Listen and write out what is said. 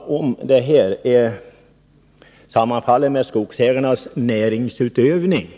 Om det hela sammanfaller med skogsägarnas näringsutövning